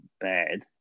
bad